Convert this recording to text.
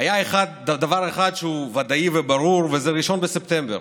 היה דבר אחד שהוא ודאי וברור, וזה 1 בספטמבר,